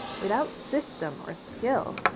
without system or skill.